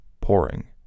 pouring